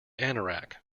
anorak